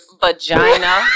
Vagina